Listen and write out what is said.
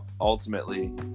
ultimately